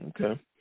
Okay